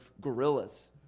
gorillas